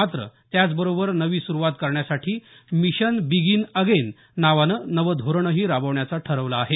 मात्र त्याचबरोबर नवी सुरूवात करण्यासाठी मिशन बिगीन अगेन नावानं नवं धोरणही राबवण्याचा ठरवलं आहे